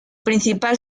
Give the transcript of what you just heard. principal